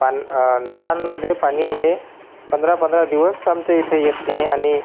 पान् नळांमध्ये पाणी हे पंधरा पंधरा दिवस आमच्या इथे येत नाही आणि